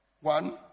one